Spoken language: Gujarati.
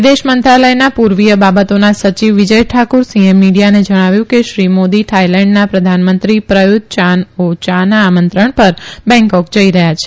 વિદેશ મંત્રાલયના પુર્વીય બાબતોના સચિવ વિજય ઠાકુર સિંહે મીડીયાને જણાવ્યું કે શ્રી મોદી થાઇલેન્ડના પ્રધાનમંત્રી પ્રયુત યાન ઓ યાના આમંત્રણ પર બેંકોક જઇ રહયાં છે